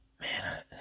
Man